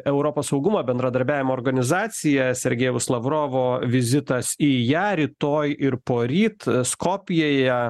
europos saugumo bendradarbiavimo organizacija sergejaus lavrovo vizitas į ją rytoj ir poryt skopjėje